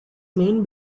main